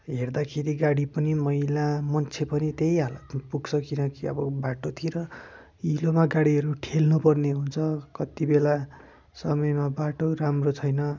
हेर्दाखेरि गाडी पनि मैला मान्छे पनि त्यही हालतमा पुग्छ किनकि अब बाटोतिर हिलोमा गाडीहरू ठेल्नुपर्ने हुन्छ कति बेला समयमा बाटो राम्रो छैन